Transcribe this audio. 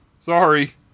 Sorry